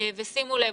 שימו לב,